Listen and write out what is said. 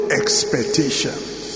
expectations